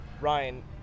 Ryan